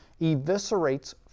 eviscerates